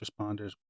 responders